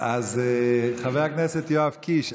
השר יואב קיש,